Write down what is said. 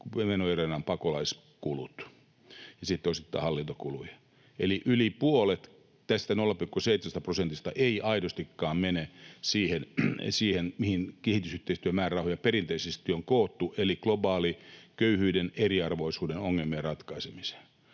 menoeränä ovat pakolaiskulut, ja sitten osittain hallintokuluja. Eli yli puolet tästä 0,37 prosentista ei aidostikaan mene siihen, mihin kehitysyhteistyön määrärahoja perinteisesti on koottu, eli globaalien köyhyyden ja eriarvoisuuden ongelmien ratkaisemiseen,